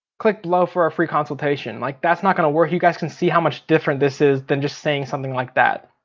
click below for a free consultation. like that's not gonna work. you guys can see how much different this is than just saying something like that.